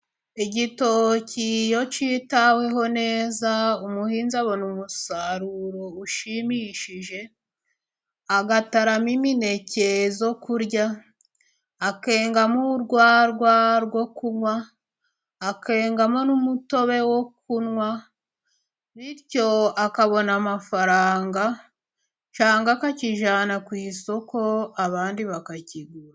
Igitoki iyo kitaweho neza umuhinzi abona umusaruro ushimishije, agataramo imineke yo kurya, akengamo urwarwa rwo kunywa akengamo n'umutobe wo kunywa bityo akabona amafaranga cyangwa akakijyana ku isoko abandi bakakigura.